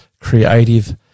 creative